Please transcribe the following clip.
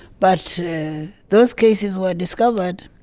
but those cases were discovered,